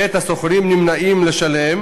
עת השוכרים נמנעים לשלם